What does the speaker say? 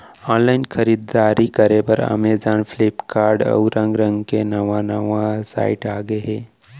online खरीददारी करे बर अमेजॉन, फ्लिपकार्ट, अउ रंग रंग के नवा नवा साइट आगे हे